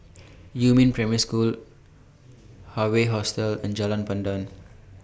Yumin Primary School Hawaii Hostel and Jalan Pandan